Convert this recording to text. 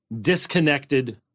disconnected